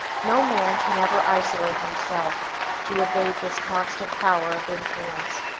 no man can ever isolate himself to evade this constant power of influence,